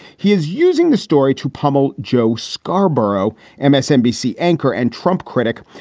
he is using this story to pummel joe scarborough, and msnbc anchor and trump critic,